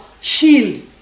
shield